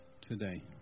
today